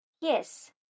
Yes